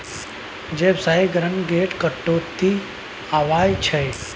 जैब इंधनसँ green house gas केर निकलब मे तीस प्रतिशत तक केर कटौती आबय छै